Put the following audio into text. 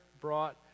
brought